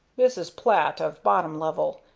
this is plat of bottom level,